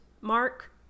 mark